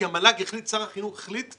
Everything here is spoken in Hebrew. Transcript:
כי המל"ג החליט, שר החינוך החליט,